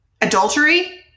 Adultery